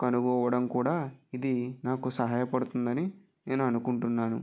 కనుగొనడం కూడా ఇది నాకు సహాయపడుతుందని నేను అనుకుంటున్నాను